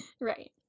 Right